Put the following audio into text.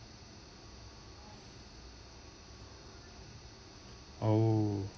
oh